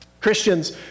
Christians